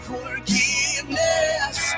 Forgiveness